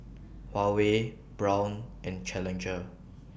Huawei Braun and Challenger